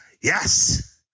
Yes